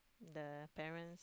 the parents